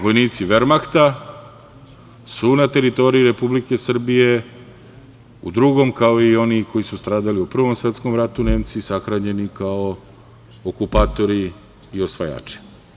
Vojnici Vermahta su na teritoriji Republike Srbije u Drugom, kao i oni koji su stradali u Prvom svetskom ratu, Nemci sahranjeni kao okupatori i osvajači.